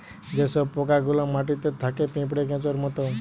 যে সব পোকা গুলা মাটিতে থাকে পিঁপড়ে, কেঁচোর মত